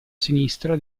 sinistra